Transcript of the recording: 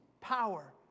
power